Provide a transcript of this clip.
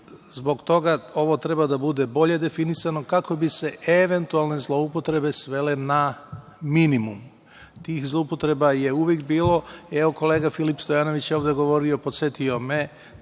to. Zbog toga ovo treba da bude bolje definisano, kako bi se eventualne zloupotrebe svele na minimum. Tih zloupotreba je uvek bilo. Evo, kolega Filip Stojanović je ovde govorio, podsetio me,